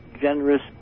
generous